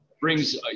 brings